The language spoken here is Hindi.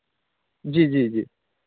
जी जी जी